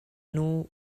nor